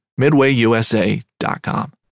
MidwayUSA.com